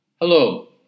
Hello